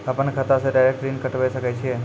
अपन खाता से डायरेक्ट ऋण कटबे सके छियै?